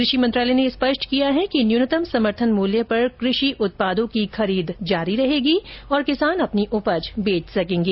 कृषि मंत्रालय ने स्पष्ट किया है कि न्यूनतम समथेंन मूल्य पर कृषि उत्पादों की खरीद जारी रहेगी और किसान अपनी उपज बेच सकेंगे